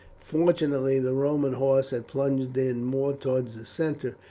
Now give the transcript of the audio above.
fortunately the roman horse had plunged in more towards the centre,